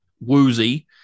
woozy